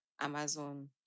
Amazon